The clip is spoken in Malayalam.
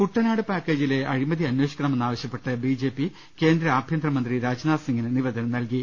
കുട്ടനാട് പാക്കേജിലെ അഴിമതി അന്വേഷിക്കണമെന്നാവശ്യപ്പെട്ട് ബി ജെ പി കേന്ദ്ര ആഭ്യന്തരമന്ത്രി രാജ്നാഥ്സിംഗിന് നിവേദ്രനം നൽകി